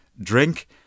Drink